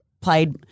played